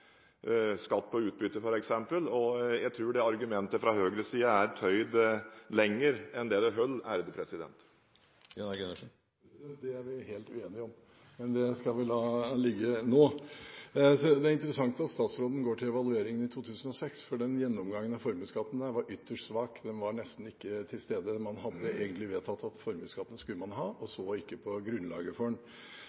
skatt på utbytte, f.eks.. Jeg tror det argumentet fra høyresiden er tøyd lenger enn det holder. Det er vi helt uenige om, men det skal vi la ligge nå. Det er interessant at statsråden går til evalueringen i 2006, for den gjennomgangen av formuesskatten var ytterst svak – den var nesten ikke til stede. Man hadde egentlig vedtatt at formuesskatten skulle man ha og